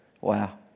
Wow